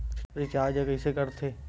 Recharge कइसे कर थे?